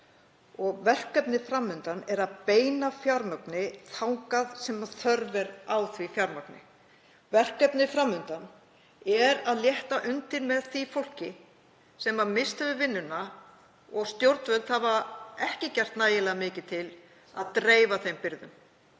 Verkefnið fram undan er að beina fjármagni þangað sem þörf er á því. Verkefnið fram undan er að létta undir með því fólki sem misst hefur vinnuna, stjórnvöld hafa ekki gert nægilega mikið til að dreifa þeim byrðum,